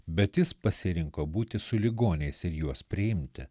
bet jis pasirinko būti su ligoniais ir juos priimti